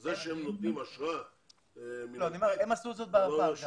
הם עשו זאת גם בעבר.